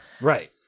Right